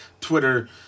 Twitter